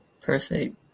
Perfect